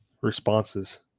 responses